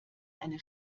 eine